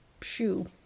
shoe